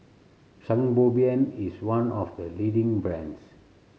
Sangobion is one of the leading brands